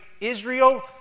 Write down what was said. Israel